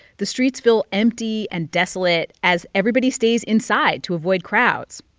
the streets feel empty and desolate as everybody stays inside to avoid crowds.